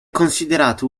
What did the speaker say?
considerato